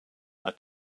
are